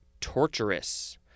torturous